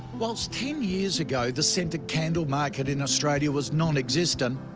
whilst ten years ago the scented candle market in australia was non-existent,